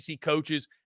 coaches